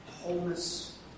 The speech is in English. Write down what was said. wholeness